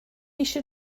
eisiau